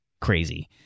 crazy